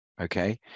Okay